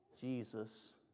Jesus